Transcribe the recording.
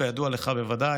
כידוע לך בוודאי,